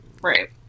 Right